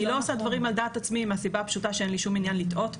אני לא עושה דברים על דעת עצמי מהסיבה הפשוטה שאין לי שום עניין לטעות.